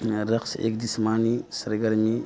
رقص ایک جسمانی سرگرمی